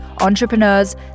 entrepreneurs